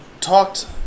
talked –